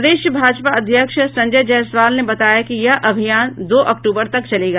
प्रदेश भाजपा अध्यक्ष संजय जायसवाल ने बताया कि यह अभियान दो अक्टूबर तक चलेगा